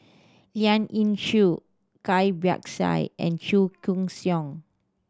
Lien Ying Chow Cai Bixia and Chua Koon Siong